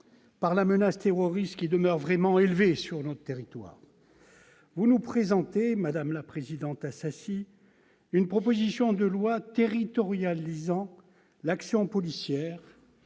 et menace terroriste restant vraiment élevée sur notre territoire -, vous nous présentez, madame la présidente Assassi, une proposition de loi territorialisant l'action policière,